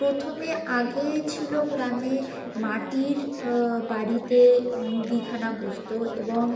প্রথমে আগে ছিলো গ্রামে মাটির বাড়িতে মুদিখানা বসতো এবং